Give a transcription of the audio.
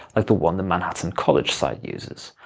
like the one the manhattan college site uses.